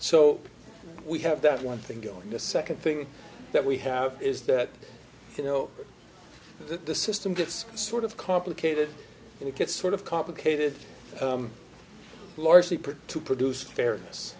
so we have that one thing going the second thing that we have is that you know that the system gets sort of complicated and it gets sort of complicated largely put to produce fairness